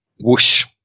whoosh